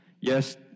Yes